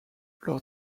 leurs